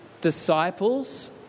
disciples